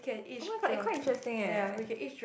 oh-my-god eh quite interesting eh